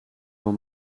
voor